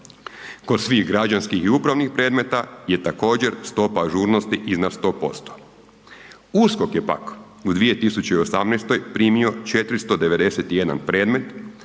kod svih građanskih i upravnih predmeta je također stopa ažurnosti iznad 100%. USKOK je pak u 2018. primio 491 predmet